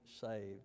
saved